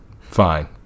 Fine